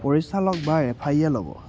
পৰিচালক বা ৰেফাৰীয়ে ল'ব